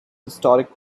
historic